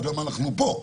אז למה אנחנו פה?